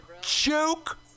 Joke